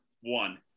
one